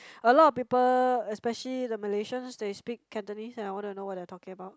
a lot of people especially the Malaysians they speak Cantonese and I want to know what they are talking about